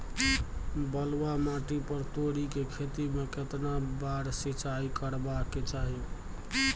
बलुआ माटी पर तोरी के खेती में केतना बार सिंचाई करबा के चाही?